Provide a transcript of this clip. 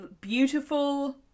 beautiful